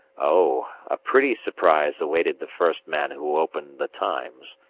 oh! a pretty surprise awaited the first man who opened the times.